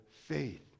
faith